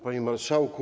Panie Marszałku!